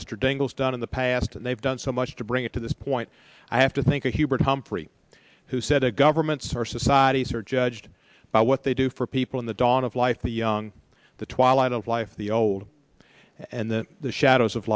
mr dingell's done in the past and they've done so much to bring it to this point i have to think of hubert humphrey who said to governments our societies are judged by what they do for people in the dawn of life the young the twilight of life the old and then the shadows of